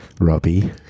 robbie